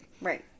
Right